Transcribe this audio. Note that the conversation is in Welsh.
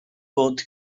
bod